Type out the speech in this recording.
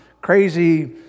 crazy